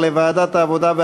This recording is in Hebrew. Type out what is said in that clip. לדיון מוקדם בוועדת העבודה,